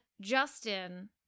Justin